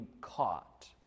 caught